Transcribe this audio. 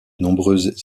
nombreuses